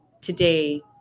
today